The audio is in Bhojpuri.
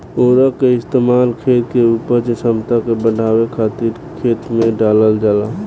उर्वरक के इस्तेमाल खेत के उपजाऊ क्षमता के बढ़ावे खातिर खेत में डालल जाला